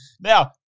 Now